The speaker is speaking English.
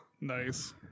Nice